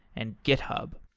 and github.